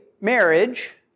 marriage